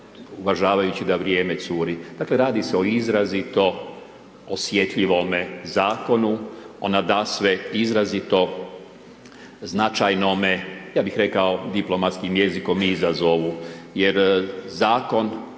uvažavajući da vrijeme curi. Dakle radi se o izrazito osjetljivome zakonu o nadasve izrazito značajnome, ja bih rekao diplomatskim jezikom, izazovu jer zakon